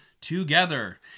together